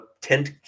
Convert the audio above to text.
tent